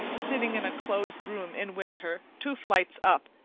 sitting in a closed room in winter, two flights up,